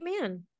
man